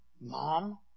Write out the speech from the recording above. mom